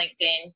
LinkedIn